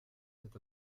cet